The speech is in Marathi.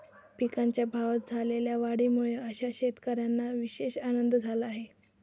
पिकांच्या भावात झालेल्या वाढीमुळे अशा शेतकऱ्यांना विशेष आनंद झाला आहे